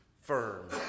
firm